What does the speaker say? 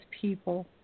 people